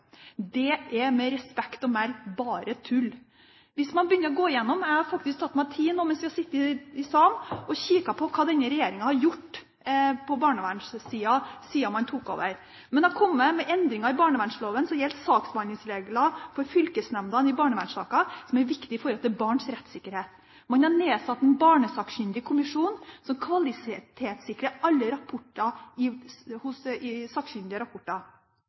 Det er, med respekt å melde, bare tull. Man kan gå gjennom – og jeg har faktisk tatt meg tid til det nå mens jeg har sittet i salen – hva denne regjeringen har gjort på barnevernssiden siden man tok over. Man har kommet med endringer i barnevernsloven som gjelder saksbehandlingsregler for fylkesnemndene i barnevernssaker. Det er viktig for barns rettssikkerhet. Man har nedsatt en barnesakkyndig kommisjon som kvalitetssikrer alle sakkyndige rapporter.